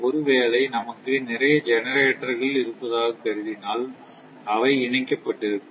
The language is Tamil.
ஒருவேளை நமக்கு நிறைய ஜெனரேட்டர்கள் இருப்பதாக கருதினால் அவை இணைக்கப்பட்டிருக்கும்